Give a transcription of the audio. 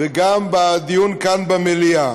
וגם בדיון כאן במליאה,